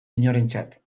inorentzat